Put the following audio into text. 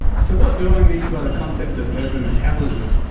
so, what do i mean by the concept of urban metabolism?